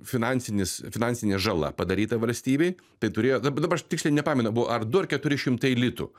finansinis finansinė žala padaryta valstybei tai turėjo dabar dabar aš tiksliai nepamenu buvo ar du ar keturi šimtai litų